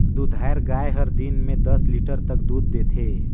दूधाएर गाय हर दिन में दस लीटर तक दूद देथे